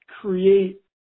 create